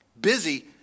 Busy